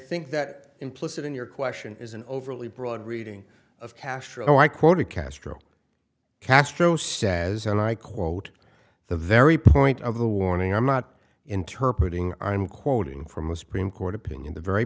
think that implicit in your question is an overly broad reading of castro i quoted castro castro says and i quote the very point of the warning i'm not interpret ing i'm quoting from the supreme court opinion the very